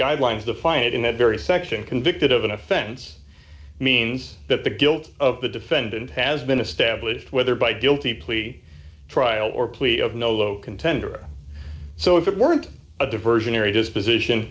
guidelines the find in that very section convicted of an offense means that the guilt of the defendant has been established whether by guilty plea trial or plea of nolo contendere so if it weren't a diversionary disposition